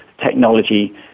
technology